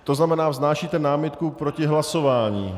To znamená, vznášíte námitku proti hlasování.